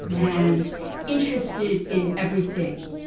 and interested in everything,